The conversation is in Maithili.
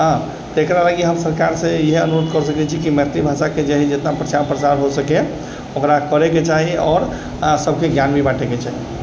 हँ तकरा लागी हम सरकारसँ इएह अनुरोध कऽ सकै छी कि मैथिली भाषाके जतना प्रचार प्रसार हो सकै ओकरा करैके चाही आओर सबके ज्ञान भी बाँटेके चाही